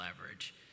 leverage